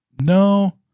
No